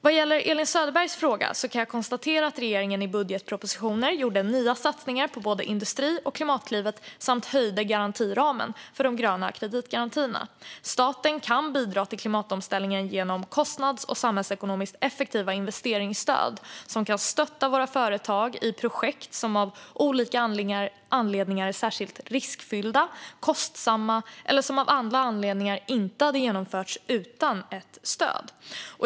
Vad gäller Elin Söderbergs fråga kan jag konstatera att regeringen i budgetpropositionen gjorde nya satsningar på både Industriklivet och Klimatklivet samt höjde garantiramen för de gröna kreditgarantierna. Staten kan bidra till klimatomställningen genom kostnadseffektivt och samhällsekonomiskt effektiva investeringsstöd som kan stötta våra företag i projekt som av olika anledningar är särskilt riskfyllda eller kostsamma eller som av andra anledningar inte hade genomförts utan ett stöd.